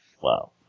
Wow